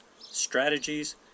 strategies